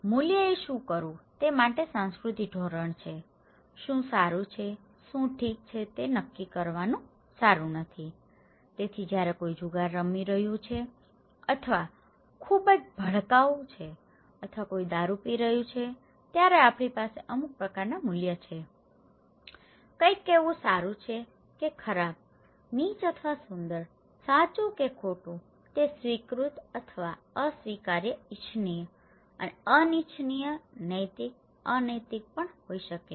મૂલ્યો એ શું કરવું તે માટે સંસ્કૃતિ ધોરણ છે શું સારું છે શું ઠીક છે તે નક્કી કરવાનું સારું નથી તેથી જ્યારે કોઈ જુગાર રમી રહ્યું છે અથવા કોઈ ખૂબ જ ભડકાઉ છે અથવા કોઈ દારૂ પી રહ્યો છે ત્યારે આપણી પાસે અમુક પ્રકારનાં મૂલ્યો છે કોઈક કહેવું સારું છે કે ખરાબ નીચ અથવા સુંદર સાચું કે ખોટું તે સ્વીકૃત અથવા અસ્વીકાર્ય ઇચ્છનીય અને અનિચ્છનીય નૈતિક અનૈતિક પણ હોઈ શકે છે